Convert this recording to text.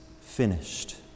finished